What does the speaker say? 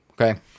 Okay